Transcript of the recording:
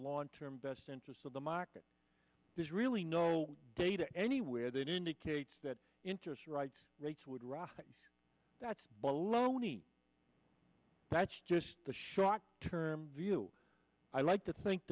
long term best interests of the market there's really no data anywhere then indicates that interest rates would rock that's baloney that's just the short term view i like to think